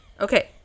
Okay